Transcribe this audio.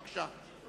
בבקשה.